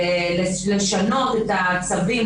לשנות את הצווים,